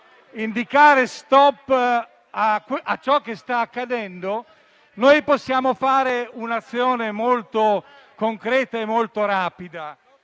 uno *stop* a ciò che sta accadendo, noi possiamo fare un'azione molto concreta e rapida.